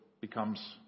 becomes